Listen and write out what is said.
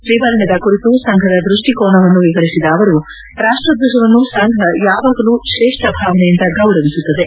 ತ್ರಿವರ್ಣದ ಕುರಿತು ಸಂಘದ ದೃಷ್ಟಿಕೋನವನ್ನು ವಿವರಿಸಿದ ಅವರು ರಾಷ್ಟದ್ವಜವನ್ನು ಸಂಘ ಯಾವಾಗಲೂ ತ್ರೇಷ್ಠ ಭಾವನೆಯಿಂದ ಗೌರವಿಸುತ್ತದೆ